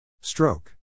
Stroke